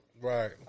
Right